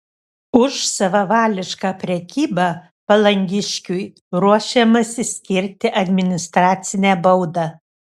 už savavališką prekybą palangiškiui ruošiamasi skirti administracinę baudą